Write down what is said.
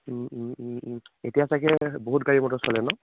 এতিয়া ছাগৈ বহুত গাড়ী মটৰ চলে ন